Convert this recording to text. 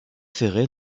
ferrée